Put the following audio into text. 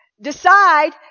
decide